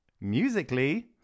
Musically